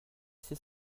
ces